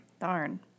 Darn